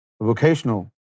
Vocational